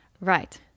Right